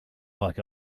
like